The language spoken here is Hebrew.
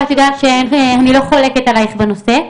ואני לא חולקת עלייך בנושא,